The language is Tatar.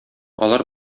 алар